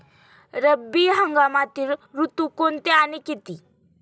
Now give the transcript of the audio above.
रब्बी हंगामातील ऋतू कोणते आणि किती?